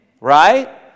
right